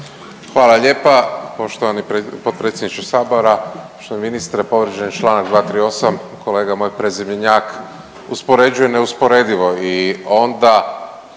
Hvala lijepa poštovani potpredsjedniče Sabora. Poštovani ministre, povrijeđen je čl. 238, kolega moj prezimenjak uspoređuje neusporedivo i onda